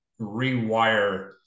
rewire